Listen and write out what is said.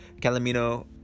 Calamino